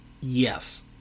Yes